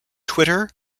twitter